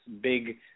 big